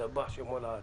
ישתבח שמו לעד.